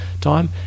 time